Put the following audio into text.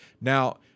Now